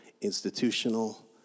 institutional